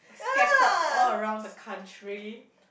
scattered all around the country